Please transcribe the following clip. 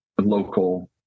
local